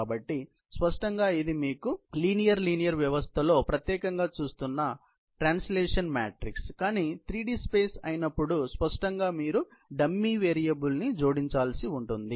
కాబట్టి స్పష్టంగా ఇది మీరు ఒక సరళ సరళ వ్యవస్థలో ప్రత్యేకంగా చూస్తున్న ట్రాన్సలేషన్ మ్యాట్రిక్స్ కానీ 3D స్పేస్ అయినప్పుడు స్పష్టంగా మీరు డమ్మీ వేరియబుల్ను జోడించాల్సి ఉంటుంది